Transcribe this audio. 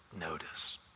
notice